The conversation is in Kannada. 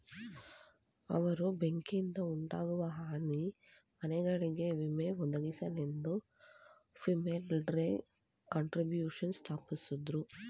ಅವ್ರು ಬೆಂಕಿಯಿಂದಉಂಟಾಗುವ ಹಾನಿ ಮನೆಗಳಿಗೆ ವಿಮೆ ಒದಗಿಸಲೆಂದು ಫಿಲಡೆಲ್ಫಿಯ ಕಾಂಟ್ರಿಬ್ಯೂಶನ್ಶಿಪ್ ಸ್ಥಾಪಿಸಿದ್ರು